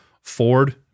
Ford